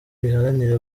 riharanira